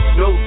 no